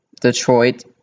Detroit